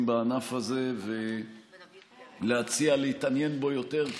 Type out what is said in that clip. בענף הזה ולהציע להתעניין בו יותר,